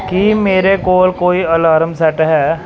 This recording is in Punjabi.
ਕੀ ਮੇਰੇ ਕੋਲ ਕੋਈ ਅਲਾਰਮ ਸੈੱਟ ਹੈ